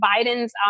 Biden's